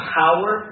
power